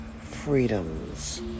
freedoms